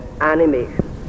animation